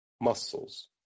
muscles